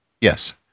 Yes